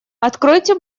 откройте